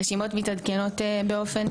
הרשימות מתעדכנות באופן,